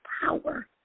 power